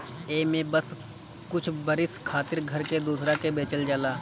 एमे बस कुछ बरिस खातिर घर के दूसरा के बेचल जाला